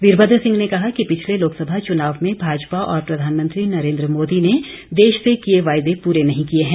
वीरभद्र सिंह ने कहा कि पिछले लोकसभा चुनाव में भाजपा और प्रधानमंत्री नरेंद्र मोदी ने देश से किए वायदे पूरे नहीं किए हैं